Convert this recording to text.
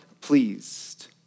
pleased